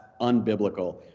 unbiblical